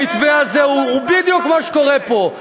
המתווה הזה הוא בדיוק מה שקורה פה: